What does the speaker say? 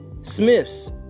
Smith's